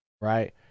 right